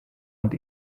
und